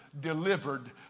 delivered